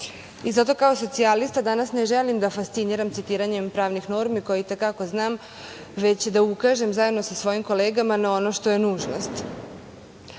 kao socijalista danas ne želim da fasciniram citiranjem pravnih normi koje i te kako znam, već da ukažem zajedno sa svojim kolegama na ono što je nužnost. Nužan